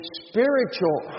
spiritual